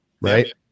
right